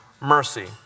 mercy